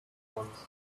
ones